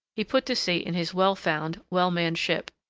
he put to sea in his well-found, well-manned ship,